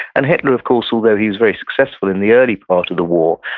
and hitler, of course, although he was very successful in the early part of the war,